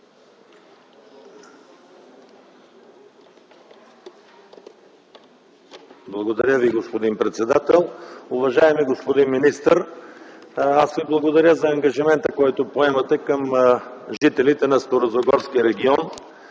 Благодаря Ви, господин председател. Уважаеми господин министър, благодаря за ангажимента, който поемате към жителите на Старозагорския регион.